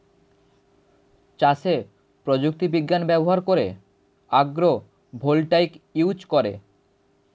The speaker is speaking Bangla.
চাষে প্রযুক্তি বিজ্ঞান ব্যবহার করে আগ্রো ভোল্টাইক ইউজ করে